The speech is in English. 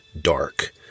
Dark